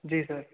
जी sir